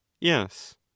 yes